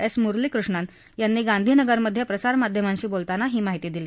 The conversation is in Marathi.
एस म्रली कृष्णन यांनी गांधीनगरमध्ये प्रसारमाध्यमांशी बोलताना ही माहीती दिली